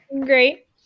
Great